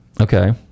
Okay